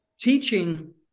teaching